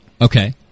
Okay